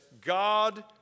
God